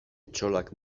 etxolak